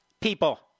people